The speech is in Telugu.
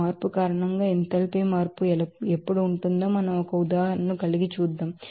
ఆ మార్పు కారణంగా ఎంథాల్పీ మార్పు ఎప్పుడు ఉంటుందో మనం ఒక ఉదాహరణ ను కలిగి చూద్దాం